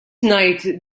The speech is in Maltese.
ngħid